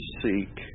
seek